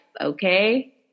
Okay